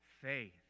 faith